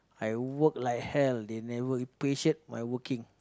I work like hell they never appreciate my working